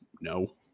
no